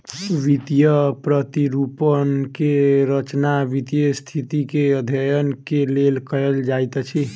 वित्तीय प्रतिरूपण के रचना वित्तीय स्थिति के अध्ययन के लेल कयल जाइत अछि